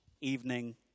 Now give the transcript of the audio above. evening